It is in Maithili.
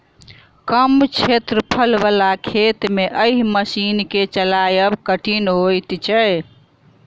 कम क्षेत्रफल बला खेत मे एहि मशीन के चलायब कठिन होइत छै